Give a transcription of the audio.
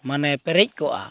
ᱢᱟᱱᱮ ᱯᱮᱨᱮᱡ ᱠᱚᱜᱼᱟ